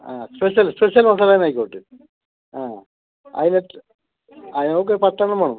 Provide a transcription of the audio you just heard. ആ special special masala തന്നെ ആയിക്കോട്ടെ ആ അതിന് എത്ര ആ നമുക്ക് പത്ത് എണ്ണം വേണം